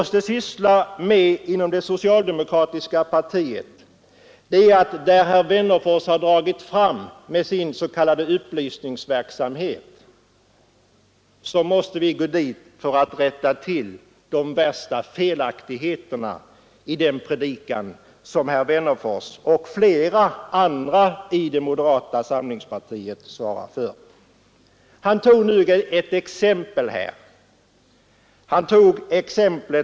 Sedan herr Wennerfors har dragit fram med sin s.k. upplysningsverksamhet måste vi inom det socialdemokratiska partiet gå ut för att rätta till de värsta felaktigheterna i den predikan som herr Wennerfors — liksom flera andra i moderata samlingspartiet — svarar för. Herr Wennerfors anförde här ett exempel.